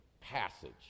passage